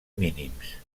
mínims